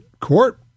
court